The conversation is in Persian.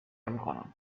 میکنم